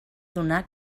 adonar